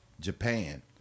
Japan